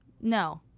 no